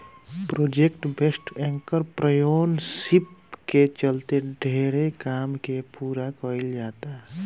project based entrepreneurship के चलते ढेरे काम के पूरा कईल जाता